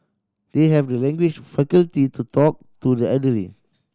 they have the language faculty to talk to the elderly